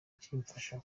kimfasha